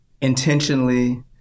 intentionally